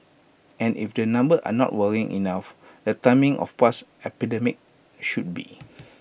and if the numbers are not worrying enough the timing of past epidemics should be